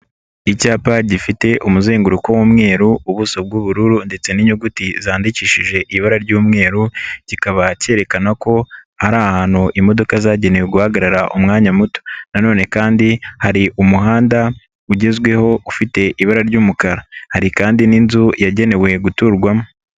Icyapa gifite umuzenguruko w'umweru, ubuso bw'ubururu ndetse n'inyuguti zandikishije ibara ry'umweru, kikaba kerekana ko ari ahantu imodoka zagenewe guhagarara umwanya muto. Nanone kandi hari umuhanda ugezweho ufite ibara ry'umukara, hari kandi n'inzu yagenewe guturwamo.